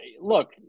Look